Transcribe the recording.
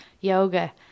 yoga